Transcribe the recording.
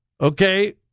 Okay